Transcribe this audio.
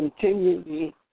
continually